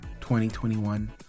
2021